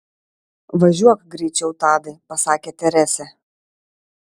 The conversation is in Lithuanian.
važiuok greičiau tadai pasakė teresė